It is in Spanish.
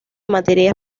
materia